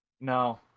No